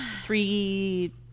Three